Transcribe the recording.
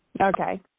Okay